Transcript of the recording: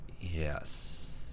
Yes